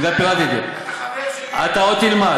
אתה חבר שלי, אתה עוד תלמד.